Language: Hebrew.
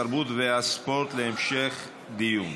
התרבות והספורט להמשך דיון,